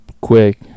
quick